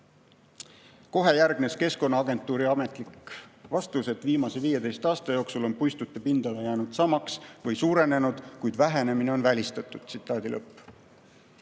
Kohe järgnes Keskkonnaagentuuri ametlik vastus: "[---] viimase 15 aasta jooksul on puistute pindala jäänud samaks või suurenenud, kuid vähenemine on välistatud." Veel 2020.